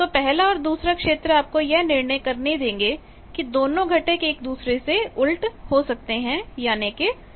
तो पहला और दूसरा क्षेत्र आपको यह निर्णय करने देंगे कि दोनों घटक एक दूसरे के उलट हो सकते हैं यानी कि LC